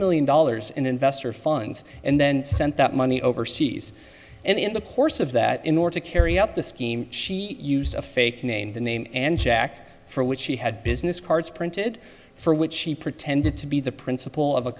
million dollars in investor funds and then sent that money overseas and in the course of that in order to carry out the scheme she used a fake name the name and jack for which she had business cards printed for which she pretended to be the principal of a